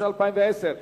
התש"ע 2010,